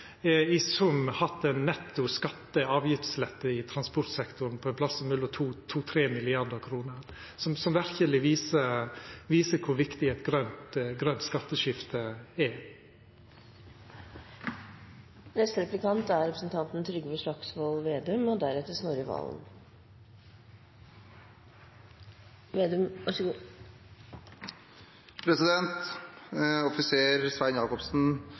i sum har hatt ein netto skatte- og avgiftslette i transportsektoren på ein plass mellom 2 og 3 mrd. kr, noko som verkeleg viser kor viktig eit grønt skatteskifte er. Offiser Svein Jacobsen